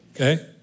Okay